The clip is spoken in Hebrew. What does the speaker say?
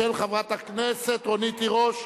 של חברת הכנסת רונית תירוש.